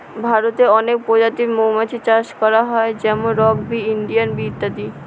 ভারতে অনেক প্রজাতির মৌমাছি চাষ হয় যেমন রক বি, ইন্ডিয়ান বি ইত্যাদি